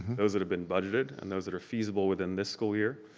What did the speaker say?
those that have been budgeted and those that are feasible within the school year,